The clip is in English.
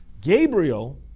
Gabriel